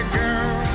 girl